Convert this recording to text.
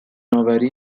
آوری